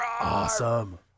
awesome